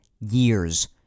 years